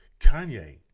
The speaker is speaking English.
Kanye